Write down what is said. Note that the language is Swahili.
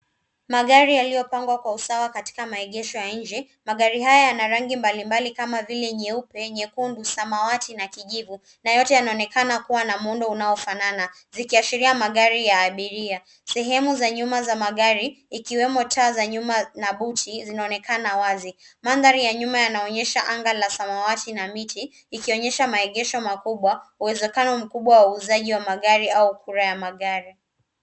Magari yaliyopangwa kwa usawa katika maegesho ya nje. Magari haya yana rangi mbalimbali kama vile nyeupe, nyekundu, samawati na kijivu na yote yanaonekana kuwa na muundo unaofanana zikiashiria magari ya abiria. Sehemu za nyuma za magari ikiwemo taa za nyuma na buti zinaonekana wazi. Mandhari ya nyuma yanaonyesha anga la samawati na miti ikionyesha maegesho makubwa, uwezekano mkubwa wa uuuzaji wa magari au kura ya magari.